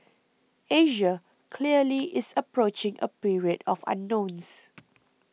Asia clearly is approaching a period of unknowns